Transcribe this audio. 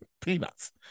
Peanuts